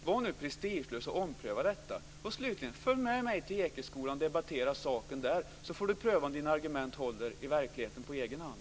Var nu prestigelös och ompröva detta! Och slutligen: Följ med mig till Ekeskolan och debattera saken där! Då får skolministern pröva om hans argument håller i verkligheten på egen hand.